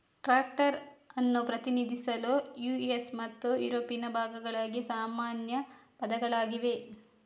tractor ಅನ್ನು ಪ್ರತಿನಿಧಿಸಲು US ಮತ್ತು ಯುರೋಪಿನ ಭಾಗಗಳಲ್ಲಿ ಸಾಮಾನ್ಯ ಪದಗಳಾಗಿವೆ